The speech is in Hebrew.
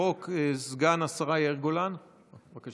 בהמשך